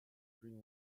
dream